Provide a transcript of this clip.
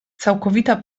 całkowita